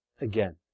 again